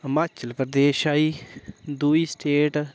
हिमाचल प्रदेश आई दुई स्टेट